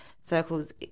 circles